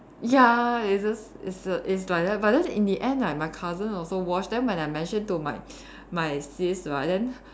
ya it's just it's l~ it's like that but then in the end like my cousin also watch then when I mention to my my sis right then